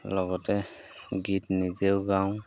লগতে গীত নিজেও গাওঁ